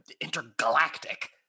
Intergalactic